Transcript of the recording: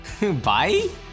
Bye